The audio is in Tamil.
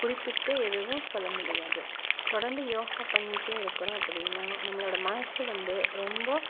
குறிப்பிட்டு எதுவும் சொல்ல முடியாது தொடர்ந்து யோகா பண்ணிகிட்டே இருக்கிறோம் அப்படின்னா நம்பளோட மனசு வந்து ரொம்ப